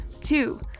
Two